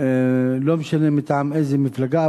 לא משנה מטעם איזו מפלגה,